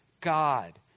God